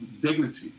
dignity